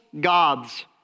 gods